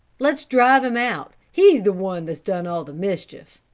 let's drive him out he is the one that has done all the mischief,